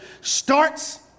starts